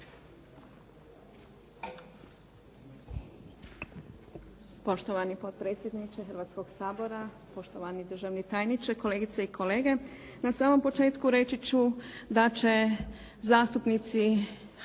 Poštovani potpredsjedniče Hrvatskoga sabora, poštovani državni tajniče, kolegice i kolege. Na samom početku reći ću da će zastupnici Hrvatske narodne